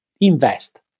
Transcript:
invest